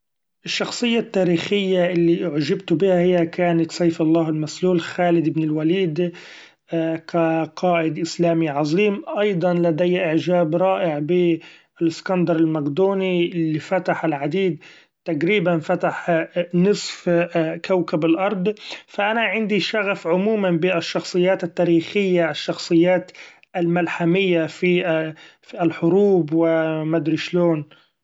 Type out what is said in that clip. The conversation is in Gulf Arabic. الشخصية التاريخيه اللي اعجبت بها هي كانت: سيف الله المسلول ، خالد بن الوليد كقائد إسلامي عظيم ، أيضا لدي إعجاب رائع بالإسكندر المقدوني اللي فتح العديد تقريبا فتح نصف كوكب الأرض ، فأنا عندي شغف عموما بالشخصيات التاريخية ، الشخصيات الملحمية في في الحروب و مدري شلون.